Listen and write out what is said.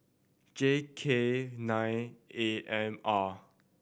J K nine A M R